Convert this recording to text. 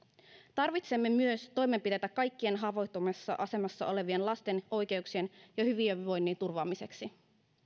tarvitsemme myös toimenpiteitä kaikkein haavoittuvimmassa asemassa olevien lasten oikeuksien ja hyvinvoinnin turvaamiseksi